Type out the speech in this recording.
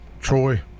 Troy